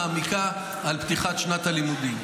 ושם אתן סקירה מעמיקה על פתיחת שנת הלימודים.